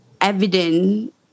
evident